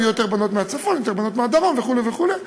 יהיו יותר בנות מהצפון או יותר בנות מהדרום וכו' וכו'.